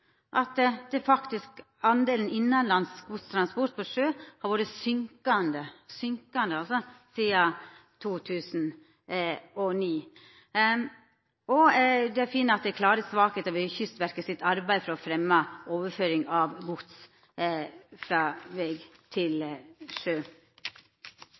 sjø har faktisk ikkje vorte oppnådd. Det er hovudfunnet i riksrevisjonsrapporten; at den delen innanlands godstransport på sjø har gått ned sidan 2009. Dei finn at det er klare svakheiter ved Kystverket sitt arbeid for å fremja overføring av gods frå veg til sjø.